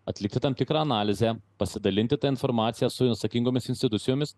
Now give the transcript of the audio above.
atlikti tam tikrą analizę pasidalinti ta informacija su atsakingomis institucijomis